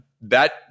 that-